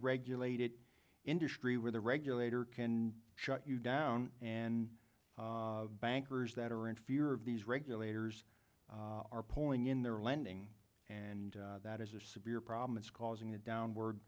regulated industry where the regulator can shut you down and bankers that are in fear of these regulators are pulling in their lending and that is a severe problem it's causing a downward